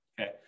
Okay